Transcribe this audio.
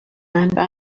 englishman